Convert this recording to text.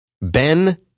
Ben